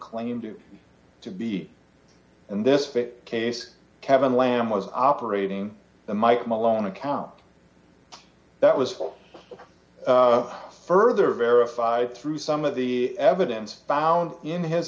claimed to be and this fit case kevin lam was operating the mike malone account that was full of further verified through some of the evidence found in his